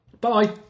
Bye